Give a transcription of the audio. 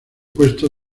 puesto